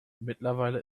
mittlerweile